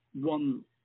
one